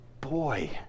boy